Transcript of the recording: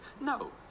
no